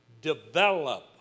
develop